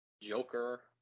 Joker